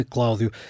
Cláudio